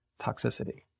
toxicity